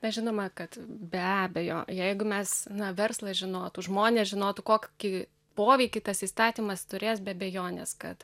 na žinoma kad be abejo jeigu mes na verslas žinotų žmonės žinotų kokį poveikį tas įstatymas turės be abejonės kad